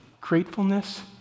Gratefulness